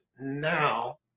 now